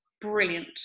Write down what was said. brilliant